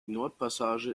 nordpassage